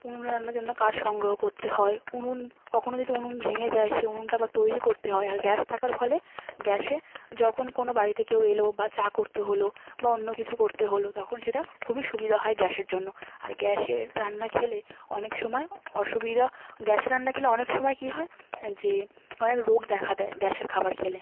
উনুনে রান্নার জন্য কাঠ সংগ্রহ করতে হয় উনুন কখনও যদি উনুন ভেঙে যায় সেই উনুনটা আবার তৈরি করতে হয় আর গ্যাস থাকার ফলে গ্যাসে যখন কোনো বাড়িতে কেউ এল বা চা করতে হলো বা অন্য কিছু করতে হলো তখন সেটা খুবই সুবিধা হয় গ্যাসের জন্য আর গ্যাসের রান্না খেলে অনেক সময় অসুবিধা গ্যাসে রান্না খেলে অনেক সময় কী হয় হ্যাঁ যে অনেক রোগ দেখা দেয় গ্যাসের খাবার খেলে